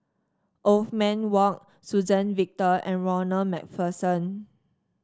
Othman Wok Suzann Victor and Ronald MacPherson